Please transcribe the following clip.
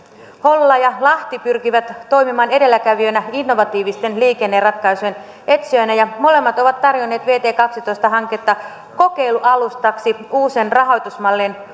hollola ja lahti pyrkivät toimimaan edelläkävijöinä innovatiivisten liikenneratkaisujen etsijöinä ja molemmat ovat tarjonneet vt kaksitoista hanketta kokeilualustaksi uuden rahoitusmallin